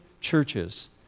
churches